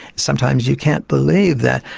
sometimes you can't believe that,